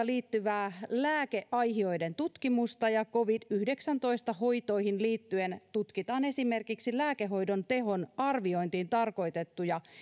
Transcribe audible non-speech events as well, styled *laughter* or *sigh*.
*unintelligible* liittyvää lääkeaihioiden tutkimusta ja covid yhdeksäntoista hoitoihin liittyen tutkitaan esimerkiksi lääkehoidon tehon arviointiin tarkoitettuja